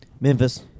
Memphis